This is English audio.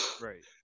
right